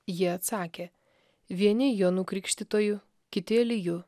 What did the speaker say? jie atsakė vieni jonu krikštytoju kiti eliju